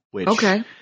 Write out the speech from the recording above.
Okay